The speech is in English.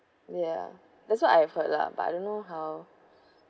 ya that's what I heard lah but I don't know how